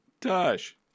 Tosh